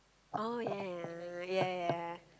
oh ya ya ya ya ya ya